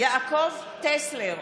יעקב טסלר,